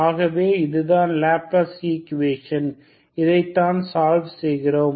ஆகவே இதுதான் Laplace equation இதைத்தான் சால்வ் செய்யப்போகிறோம்